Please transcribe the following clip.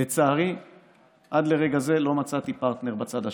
לצערי עד לרגע זה לא מצאתי פרטנר בצד השני.